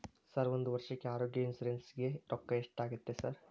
Sir ಒಂದು ವರ್ಷಕ್ಕೆ ಆರೋಗ್ಯ ಇನ್ಶೂರೆನ್ಸ್ ಗೇ ರೊಕ್ಕಾ ಎಷ್ಟಾಗುತ್ತೆ ಸರ್?